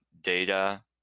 data